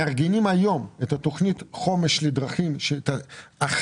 מארגנים היום את תכנית חומש לדרכים החדשה